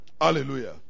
Hallelujah